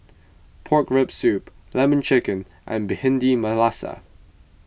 Pork Rib Soup Lemon Chicken and Bhindi Masala